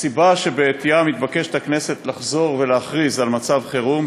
הסיבה שבעטייה מתבקשת הכנסת לחזור ולהכריז על מצב חירום,